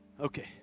Okay